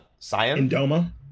Indoma